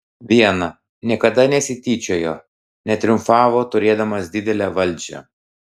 viena niekada nesityčiojo netriumfavo turėdamas didelę valdžią